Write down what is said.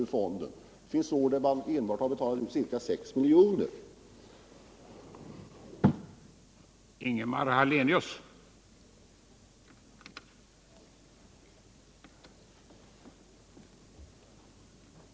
Det har funnits år då man endast har betalat ut ca 6 milj.kr. ur fonden.